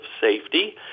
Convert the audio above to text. safety